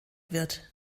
wird